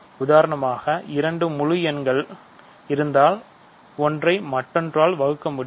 உதாரணமாக உங்களிடம் இரண்டு முழு எண்கள் இருந்தால்ஒன்றை மற்றொன்றால் வகுக்கலாம்